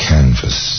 Canvas